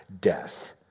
death